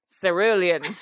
Cerulean